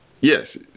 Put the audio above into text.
yes